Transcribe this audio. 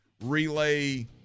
relay